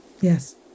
Yes